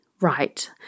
right